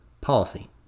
policy